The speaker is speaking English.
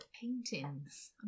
paintings